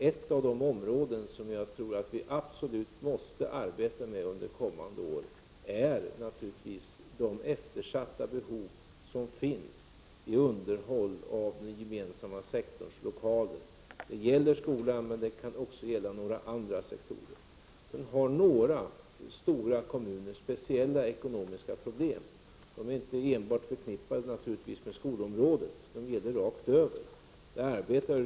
Ett av de områden som jag tror vi absolut måste arbeta med under kommande år är det eftersatta underhållet av den gemensamma sektorns lokaler. Det gäller skolan, men det kan också gälla andra sektorer. Det finns några stora kommuner som har speciella ekonomiska problem. De är naturligtvis inte enbart förknippade med skolområdet, utan de gäller rakt över.